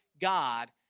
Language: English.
God